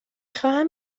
خواهم